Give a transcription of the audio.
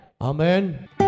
Amen